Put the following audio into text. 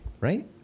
Right